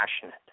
passionate